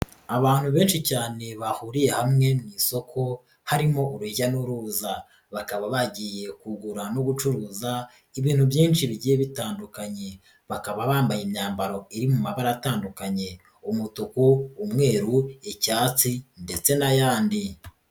Abantu benshi cyane bahuriye hamwe mu'isoko harimo urujya n'uruza, bakaba bagiye kugura no gucuruza ibintu byinshi bigiye bitandukanye, bakaba bambaye imyambaro iri mu mabara atandukanye umutuku, umweru, icyatsi ndetse n'ayandi.